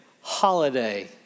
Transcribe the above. holiday